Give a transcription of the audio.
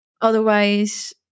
otherwise